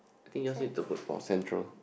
I think yours need to put more central